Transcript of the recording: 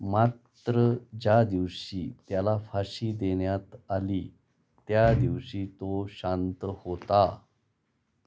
मात्र ज्या दिवशी त्याला फाशी देण्यात आली त्या दिवशी तो शांत होता